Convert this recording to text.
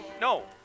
No